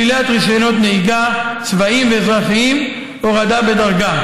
שלילת רישיונות נהיגה צבאיים ואזרחיים והורדה בדרגה.